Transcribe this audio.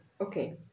Okay